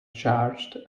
charged